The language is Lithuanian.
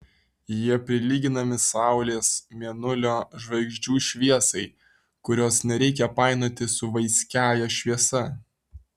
jie prilyginami saulės mėnulio žvaigždžių šviesai kurios nereikia painioti su vaiskiąja šviesa